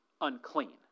unclean